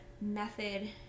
method